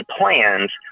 plans